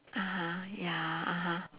(uh huh) ya (uh huh)